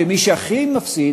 ומי שהכי מפסיד